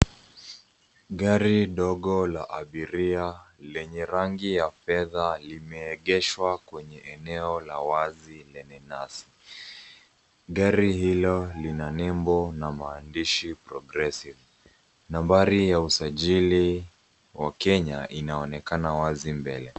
Gari dogo la abiria lenye rangi ya fedha limeegeshwa kwenye eneo la wazi lenye nyasi. Gari hilo lina nembo na maandishi Progressive. Nambari ya usajili wa Kenya inaonekana wazi mbele.